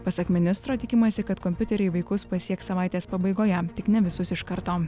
pasak ministro tikimasi kad kompiuteriai vaikus pasieks savaitės pabaigoje tik ne visus iš karto